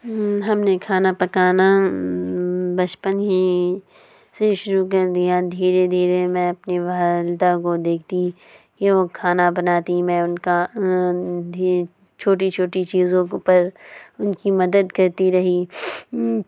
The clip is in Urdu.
ہم نے کھانا پکانا بچپن ہی سے شروع کر دیا دھیرے دھیرے میں اپنی والدہ کو دیکھتی کہ وہ کھانا بناتی میں ان کا چھوٹی چھوٹی چیزوں کے اوپر ان کی مدد کرتی رہی